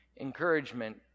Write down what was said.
Encouragement